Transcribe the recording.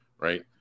Right